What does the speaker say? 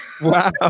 Wow